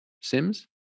sims